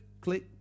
click